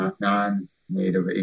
non-native